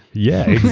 yeah,